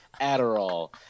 Adderall